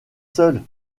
seul